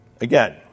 Again